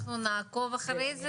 אנחנו נעקוב אחרי זה